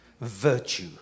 Virtue